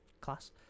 class